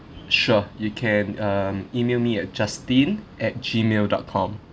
sure you can um email me at justin at gmail dot com